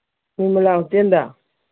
ꯅꯤꯔꯃꯂꯥ ꯍꯣꯇꯦꯜꯗ